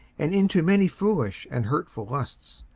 and into many foolish and hurtful lusts,